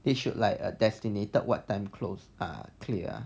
they should like a designated what time close are clear